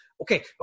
Okay